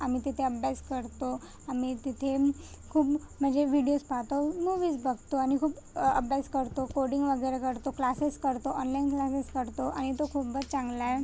आम्ही तिथे अभ्यास करतो आम्ही तिथे खूप म्हणजे विडीयोज पहातो मूवीज बघतो आणि खूप अभ्यास करतो कोडींग वगैरे करतो क्लासेस करतो ऑनलाईन क्लासेस करतो आणि तो खूपच चांगला आहे